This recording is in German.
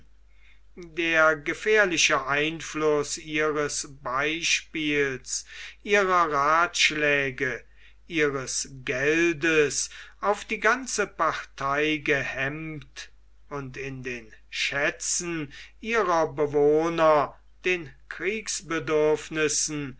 der gefährliche einfluß ihres beispiels ihrer ratschläge ihres geldes auf die ganze partei gehemmt und in den schätzen ihrer bewohner den